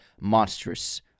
monstrous